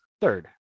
third